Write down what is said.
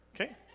Okay